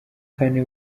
kane